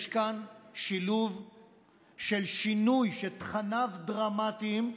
יש כאן שילוב של שינוי שתכניו דרמטיים,